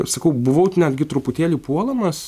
aš sakau buvau netgi truputėlį puolamas